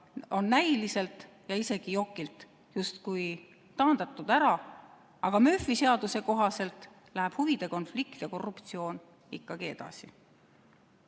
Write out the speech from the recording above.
on näiliselt ja isegi jokilt justkui ära taandatud, aga Murphy seaduse kohaselt läheb huvide konflikt ja korruptsioon ikkagi edasi.